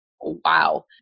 wow